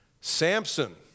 Samson